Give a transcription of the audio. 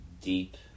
Deep